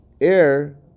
Air